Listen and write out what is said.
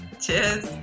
Cheers